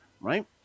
right